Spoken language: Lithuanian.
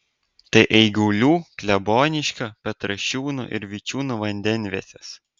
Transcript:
tai eigulių kleboniškio petrašiūnų ir vičiūnų vandenvietės